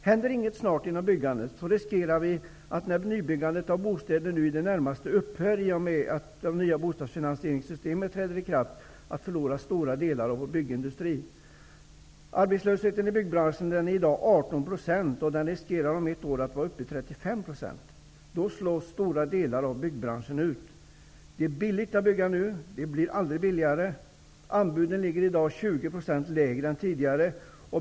Händer det ingenting snart inom byggandet riskerar vi, nu när nybyggandet av bostäder i det närmaste upphör i och med att det nya bostadsfinansieringssystemet träder i kraft, att förlora stora delar av vår byggindustri. Arbetslösheten i byggbranschen är i dag 18 %, och om ett år riskerar den att vara uppe i 35 %. Då slås stora delar av byggbranschen ut. Det är billigt att bygga nu. Det blir aldrig billigare. Anbuden ligger i dag 20 % lägre än tidigare.